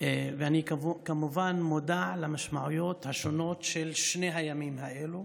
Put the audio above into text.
ואני כמובן מודע למשמעויות השונות של שני הימים האלו.